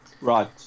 Right